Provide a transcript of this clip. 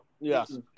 Yes